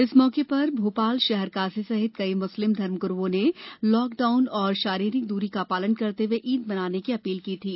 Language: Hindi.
इस मौके पर भोपाल शहर काजी सहित कई मुस्लिम धर्म गुरूओं ने लॉकडाउन और शारीरिक दूरी का पालन करते हुए ईद मनाने की अपील की थी